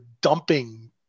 dumping